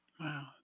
Wow